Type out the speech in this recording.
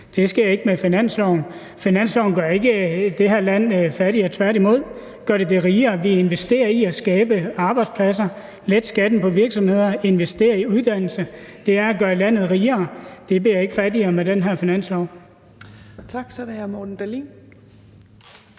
Det sker ikke med finansloven. Finansloven gør ikke det her land fattigere – tværtimod gør den det rigere. Vi investerer i at skabe arbejdspladser, lette skatten på virksomheder, investere i uddannelse. Det er at gøre landet rigere – det bliver ikke fattigere med den her finanslov.